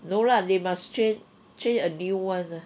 no lah they must change change a new [one] ah